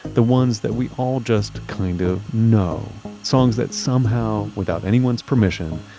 the ones that we all just kind of know. songs that somehow, without anyone's permission,